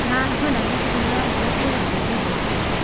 ना होनानै संनो आं बिरात मोजां मोनो भिन्दि ओंख्रिखौबो